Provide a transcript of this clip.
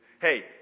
Hey